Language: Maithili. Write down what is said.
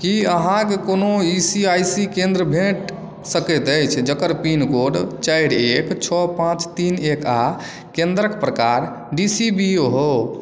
की अहाँके कोनो ई एस आइ सी केन्द्र भेट सकैत अछि जकर पिनकोड चारि एक छओ पाँच तीन एक आ केन्द्रक प्रकार डी सी बी ओ हो